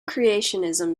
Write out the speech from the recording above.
creationism